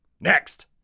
Next